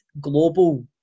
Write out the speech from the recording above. global